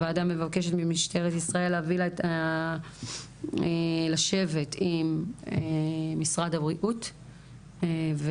הוועדה מבקשת ממשטרת ישראל לשבת עם משרד הבריאות והפרקליטות,